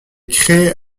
crée